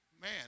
Man